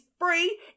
free